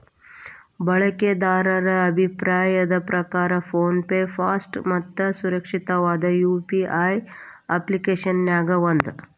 ಬಳಕೆದಾರರ ಅಭಿಪ್ರಾಯದ್ ಪ್ರಕಾರ ಫೋನ್ ಪೆ ಫಾಸ್ಟ್ ಮತ್ತ ಸುರಕ್ಷಿತವಾದ ಯು.ಪಿ.ಐ ಅಪ್ಪ್ಲಿಕೆಶನ್ಯಾಗ ಒಂದ